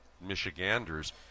Michiganders